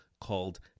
called